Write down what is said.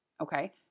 Okay